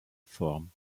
form